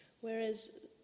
Whereas